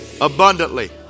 abundantly